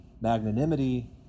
magnanimity